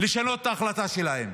לשנות את ההחלטה שלהם.